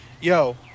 yo